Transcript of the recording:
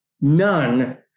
none